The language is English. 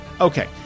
Okay